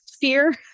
fear